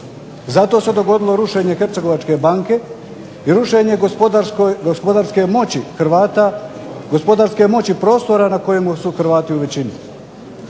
Zato se dogodilo rušenje Hercegovačke banke i rušenje gospodarske moći Hrvata, gospodarske moći Hrvata, gospodarske moći prostora na kojemu su Hrvati u većini.